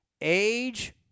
Age